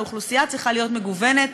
האוכלוסייה צריכה להיות מגוונת,